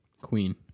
Queen